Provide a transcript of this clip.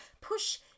push